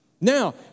Now